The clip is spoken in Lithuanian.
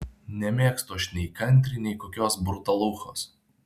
nemėgstu aš nei kantri nei kokios brutaluchos